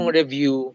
review